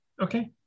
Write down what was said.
Okay